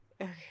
Okay